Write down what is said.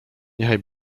niechaj